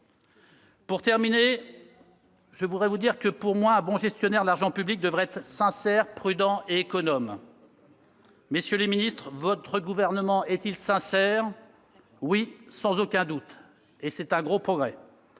plus dépensier, donc le plus taxé. Pour moi, un bon gestionnaire de l'argent public devrait être sincère, prudent et économe. Messieurs les ministres, votre gouvernement est-il sincère ? Oui, sans aucun doute, et c'est un gros progrès.